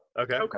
Okay